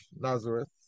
Nazareth